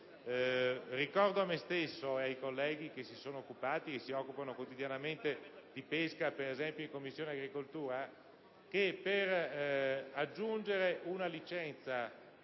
Ricordo a me stesso e ai colleghi che si sono occupati e si occupano quotidianamente di pesca, per esempio in Commissione agricoltura, che per aggiungere una licenza